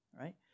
right